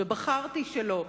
ובחרתי שלא.